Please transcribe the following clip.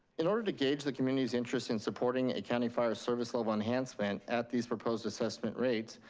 in order to gauge the community's interest in supporting a county fire service level enhancement at these proposed assessment rates,